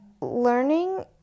learning